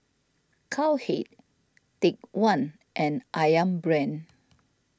Cowhead Take one and Ayam Brand